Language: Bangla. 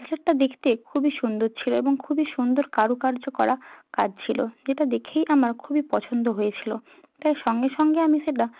ব্রেসলেটটা দেখতে খুবই সুন্দর ছিলো এবং খুবই সুন্দর কারুকার্য করা কাজ ছিলো যেটা দেখেই আমার খুবই পছন্দ হয়েছিলো তাই সঙ্গে সঙ্গে আমি সেটা